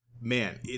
Man